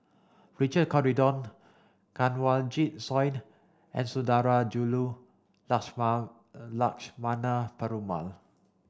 Richard Corridon Kanwaljit Soin and Sundarajulu Lakshmana Perumal